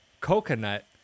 Coconut